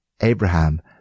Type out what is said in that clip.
Abraham